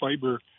fiber